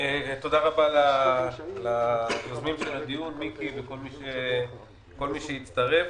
תודה רבה ליוזמי הדיון, למיקי וכל מי שהצטרף.